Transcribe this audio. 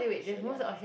Australia